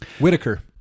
Whitaker